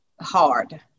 hard